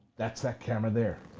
that's that camera there.